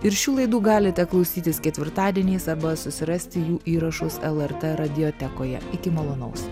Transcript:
ir šių laidų galite klausytis ketvirtadieniais arba susirasti jų įrašus lrt radiotekoje iki malonaus